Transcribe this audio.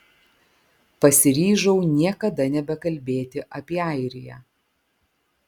pasiryžau niekada nebekalbėti apie airiją